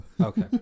Okay